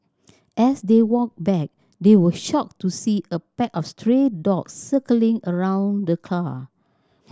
as they walked back they were shocked to see a pack of stray dogs circling around the car